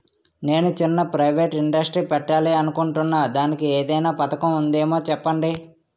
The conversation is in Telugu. నేను చిన్న ప్రైవేట్ ఇండస్ట్రీ పెట్టాలి అనుకుంటున్నా దానికి ఏదైనా పథకం ఉందేమో చెప్పండి?